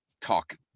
talk